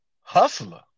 hustler